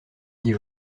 dit